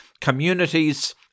communities